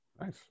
Nice